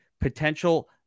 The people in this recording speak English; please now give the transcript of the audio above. potential